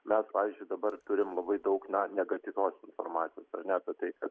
mes pavyzdžiui dabar turim labai daug negatyvios informacijos ar ne apie tai kad